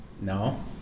no